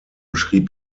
schrieb